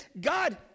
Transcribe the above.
God